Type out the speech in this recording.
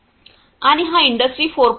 आणि हा इंडस्त्री 4